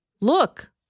Look